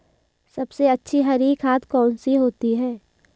सबसे अच्छी हरी खाद कौन सी होती है?